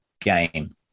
game